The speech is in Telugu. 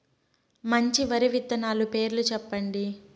మంచి వరి విత్తనాలు పేర్లు చెప్పండి?